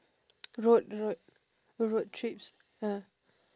road road road trips ah